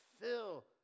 fill